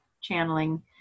channeling